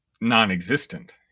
non-existent